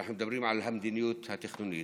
ואנחנו מדברים על המדיניות התכנונית,